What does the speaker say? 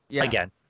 again